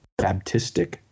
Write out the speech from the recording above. Baptistic